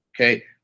okay